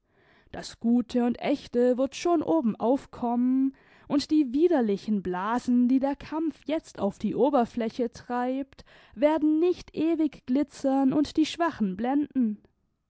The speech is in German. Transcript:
das gute und echte wird schon obenauf kommen und die widerlichen blasen die der kampf jetzt auf die oberfläche treibt werden nicht ewig glitzern und die schwachen blenden